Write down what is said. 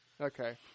Okay